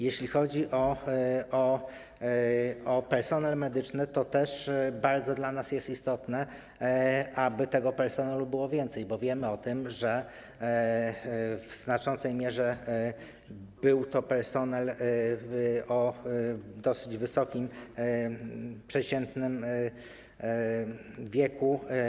Jeśli chodzi o personel medyczny, to też jest dla nas bardzo istotne, aby tego personelu było więcej, bo wiemy, że w znaczącej mierze był to personel o dosyć wysokim przeciętnym wieku.